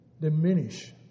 diminish